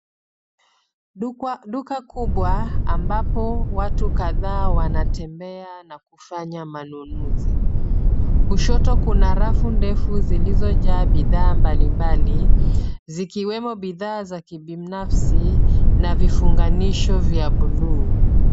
Duka kubwa ambapo watu kadhaa wanatembea na kufanya ununuzi. Kushoto kuna rafu ndefu zilizojaa bidhaa mbali mbali zikiwemo bidhaa za kibinafsi na vifunganisho vya buluu.